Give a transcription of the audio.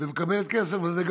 ומקבלת כסף על זה,